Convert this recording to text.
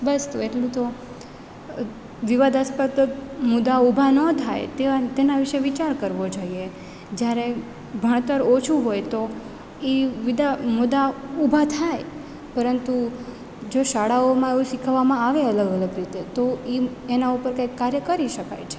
બસ તો એટલું તો વિવાદાસ્પદ મુદ્દાઓ ઊભા ન થાય તેના વિશે વિચાર કરવો જોઈએ જ્યારે ભણતર ઓછું હોય તો એ મુદ્દા ઊભા થાય પરંતુ જો શાળાઓમાં એવું શીખવવામાં આવે તો એ એના ઉપર કાંઈક કાર્ય કરી શકાય છે